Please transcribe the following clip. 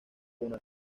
una